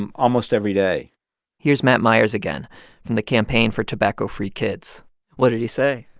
and almost every day here's matt myers again from the campaign for tobacco-free kids what did he say?